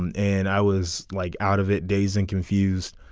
and and i was like out of it. dazed and confused.